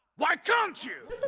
why can't you?